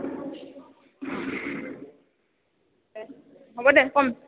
দে হ'ব দে ক'ম